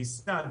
תפיסה,